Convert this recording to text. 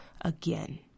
again